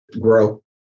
grow